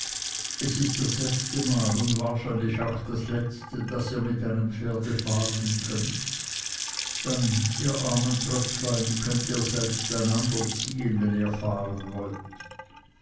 es ist das erste mal und wahrscheinlich auch das letzte daß ihr mit einem pferde fahren könnt dann ihr armen tröpflein könnt ihr einander selbst ziehen wenn ihr fahren wollt